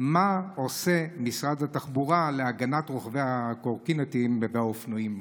3. מה עושה משרד התחבורה להגנת רוכבי הקורקינטים והאופנועים?